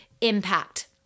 impact